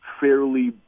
fairly